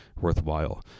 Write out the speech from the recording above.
worthwhile